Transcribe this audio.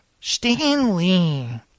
Stanley